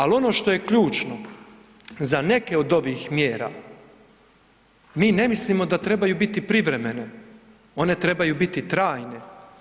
Ali ono što je ključno za neke od ovih mjera, mi ne mislimo da trebaju biti privremene one trebaju biti trajne.